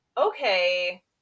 okay